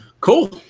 Cool